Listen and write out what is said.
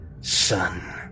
son